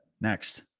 Next